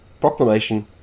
proclamation